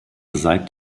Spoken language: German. seit